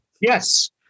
Yes